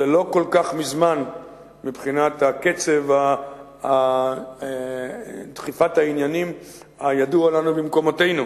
זה לא כל כך מזמן מבחינת קצב דחיפת העניינים הידוע לנו במקומותינו,